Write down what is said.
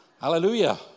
Hallelujah